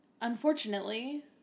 unfortunately